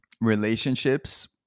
Relationships